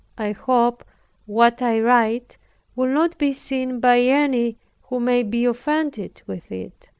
i hope what i write will not be seen by any who may be offended with it,